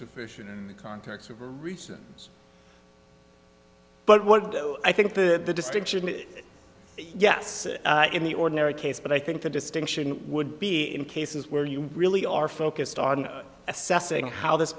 sufficient in the context of a reason but what i think that the distinction is yes in the ordinary case but i think the distinction would be in cases where you really are focused on assessing how this